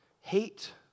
Hate